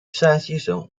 山西省